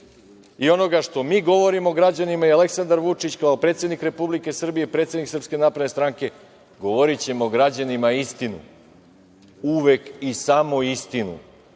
i onoga što mi govorimo građanima i Aleksandar Vučić kao predsednik Republike Srbije i predsednik SNS, govorićemo građanima istinu, uvek i samo istinu,